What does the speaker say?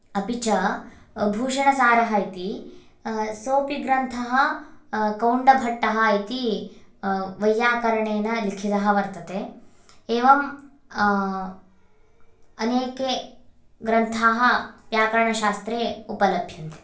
अपि च भूषणसारः इति सोपि ग्रन्थः कौण्डभट्टः इति वैयाकरणेन लिखितः वर्तते एवं अनेके ग्रन्थाः व्याकरणशास्त्रे उपलभ्यन्ते